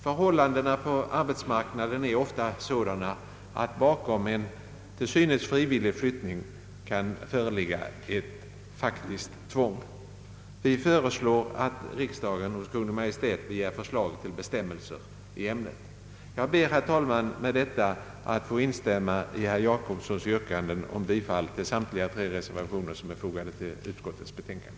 Förhållandena på arbetsmarknaden är ofta sådana, att bakom en till synes frivillig flyttning kan ligga ett faktiskt tvång. Vi föreslår att riksdagen hos Kungl. Maj:t begär förslag till bestämmelser i ämnet. Jag ber, herr talman, med detta att få instämma i herr Gösta Jacobssons yrkande om bifall till samtliga tre reservationer som är fogade till utskottets betänkande.